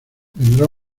vendrá